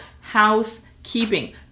housekeeping